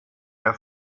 der